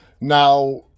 Now